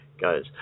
goes